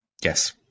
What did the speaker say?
Yes